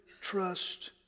trust